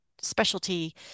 specialty